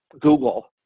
Google